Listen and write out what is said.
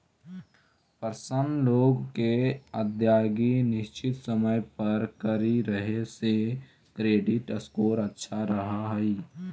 personal loan के अदायगी निश्चित समय पर करित रहे से क्रेडिट स्कोर अच्छा रहऽ हइ